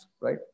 right